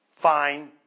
fine